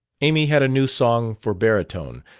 amy had a new song for baritone,